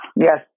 Yes